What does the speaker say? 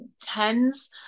tens